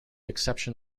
exception